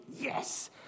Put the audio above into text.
yes